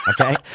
Okay